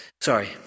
Sorry